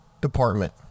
Department